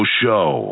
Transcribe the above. show